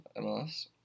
MLS